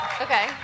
Okay